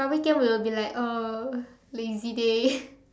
but weekend we will be like uh lazy day